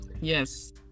yes